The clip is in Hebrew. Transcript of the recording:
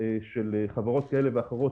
של חברות כאלה ואחרות,